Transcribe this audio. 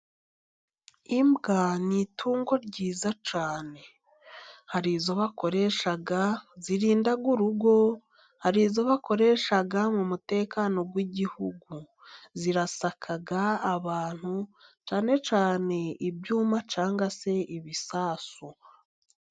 Imbwa ni itungo ryiza cyane, hari izo bakoresha zirinda urugo hari izo bakoresha mu mutekano w'igihugu, zisaka abantu cyane cyane ibyuma cyangwa se ibisasu.